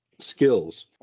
skills